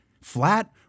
flat